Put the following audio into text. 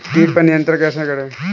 कीट पर नियंत्रण कैसे करें?